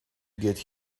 get